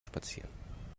spazieren